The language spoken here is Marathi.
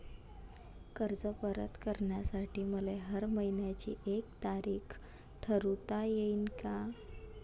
कर्ज परत करासाठी मले हर मइन्याची एक तारीख ठरुता येईन का?